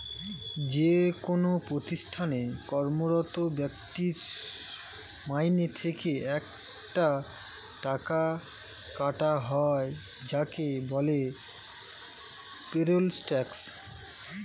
যেকোন প্রতিষ্ঠানে কর্মরত ব্যক্তির মাইনে থেকে একটা টাকা কাটা হয় যাকে বলে পেরোল ট্যাক্স